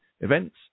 events